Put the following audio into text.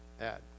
add